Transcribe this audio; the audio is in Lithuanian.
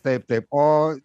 taip taip o